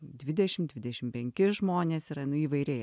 dvidešim dvidešim penki žmonės yra nu įvairiai